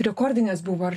rekordinės buvo ar